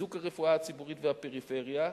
חיזוק הרפואה הציבורית והפריפריה,